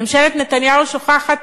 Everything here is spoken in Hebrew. ממשלת נתניהו שוכחת